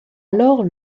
alors